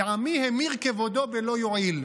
ועמי המיר כבודו בלוא יועיל".